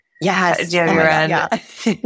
Yes